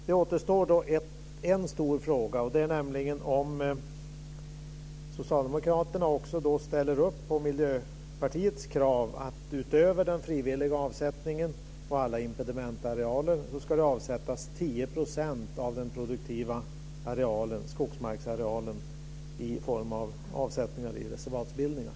Det återstår då en stor fråga, nämligen om Socialdemokraterna också ställer sig bakom Miljöpartiets krav att utöver den frivilliga avsättningen och alla impedimentarealer ska det avsättas 10 % av den produktiva skogsmarksarealen i form av avsättningar i reservatsbildningar.